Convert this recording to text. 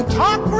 talk